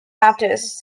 artists